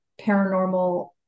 paranormal